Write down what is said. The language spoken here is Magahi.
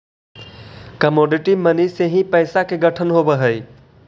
कमोडिटी मनी से ही पैसा के गठन होवऽ हई